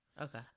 Okay